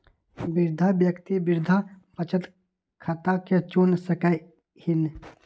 वृद्धा व्यक्ति वृद्धा बचत खता के चुन सकइ छिन्ह